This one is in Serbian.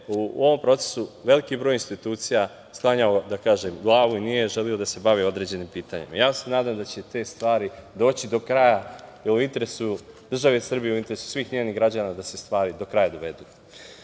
u ovom procesu veliki broj institucija sklanjalo, da kažem glavu, i nije želeo da se bavi određenim pitanjima. Ja se nadam da će te stvari doći do kraja jer u interesu države Srbije i u interesu svih njenih građana je da se stvari do kraja dovedu. Sa